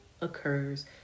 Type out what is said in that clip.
occurs